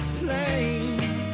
plane